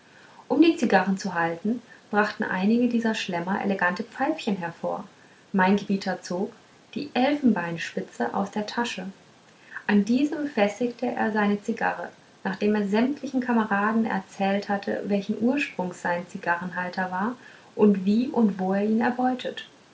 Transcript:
um die zigarren zu halten brachten einige dieser schlemmer elegante pfeifchen hervor mein gebieter zog die elfenbeinspitze aus der tasche an diese befestigte er seine zigarre nachdem er sämtlichen kameraden erzählt hatte welchen ursprungs sein zigarrenhalter war und wie und wo er ihn erbeutet